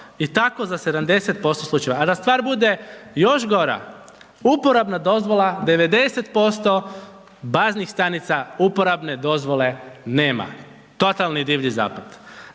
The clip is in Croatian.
i tako za 70%. A da stvar bude još gora, uporabna dozvola, 90% baznih stanica uporabne dozvole nema. Totalni Divlji zapad.